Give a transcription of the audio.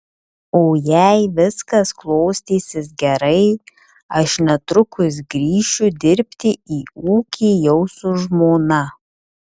o jei viskas klostysis gerai aš netrukus grįšiu dirbti į ūkį jau su žmona